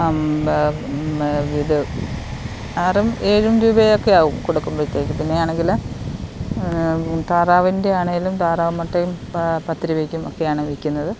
ഇത് ആറും ഏഴും രൂപയൊക്കെ ആകും കൊടുക്കുമ്പോഴത്തേക്ക് പിന്നെ ആണെങ്കില് താറാവിൻ്റെ ആണേലും താറാമുട്ടയും പാ പത്ത് രൂപയ്ക്കും ഒക്കെയാണ് വിൽക്കുന്നത്